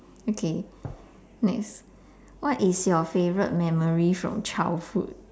K next what is your favorite memory from childhood